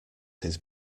his